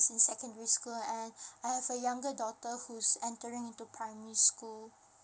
in secondary school and I have a younger daughter who's entering into primary school